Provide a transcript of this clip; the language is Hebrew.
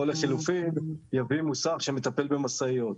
או לחילופין יביא מוסך שמטפל במשאיות.